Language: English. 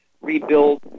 rebuild